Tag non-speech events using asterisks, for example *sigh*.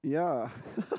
ya *laughs*